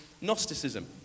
Gnosticism